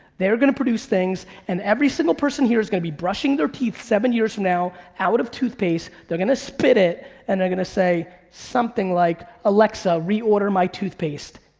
they're gonna produce things, and every single person here is gonna be brushing their teeth seven years from now out of toothpaste, they're gonna spit it and they're gonna say something like, alexa, reorder my toothpaste,